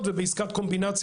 קלפיות,